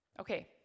Okay